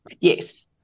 yes